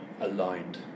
aligned